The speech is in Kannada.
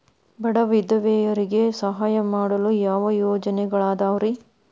ಬಡ ವಿಧವೆಯರಿಗೆ ಸಹಾಯ ಮಾಡಲು ಯಾವ ಯೋಜನೆಗಳಿದಾವ್ರಿ?